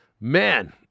Man